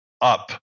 up